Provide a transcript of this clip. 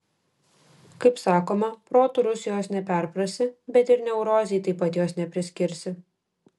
kaip sakoma protu rusijos neperprasi bet ir neurozei taip pat jos nepriskirsi